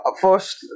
first